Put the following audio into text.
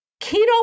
Keto